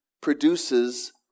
produces